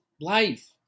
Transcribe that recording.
life